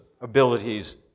abilities